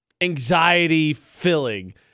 anxiety-filling